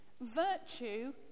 Virtue